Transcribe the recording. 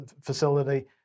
facility